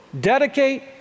dedicate